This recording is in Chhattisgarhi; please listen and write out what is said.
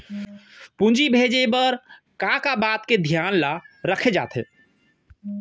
पूंजी भेजे बर का का बात के धियान ल रखे जाथे?